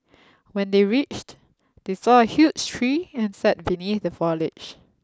when they reached they saw a huge tree and sat beneath the foliage